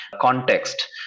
context